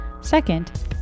Second